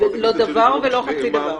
לא דבר ולא חצי דבר.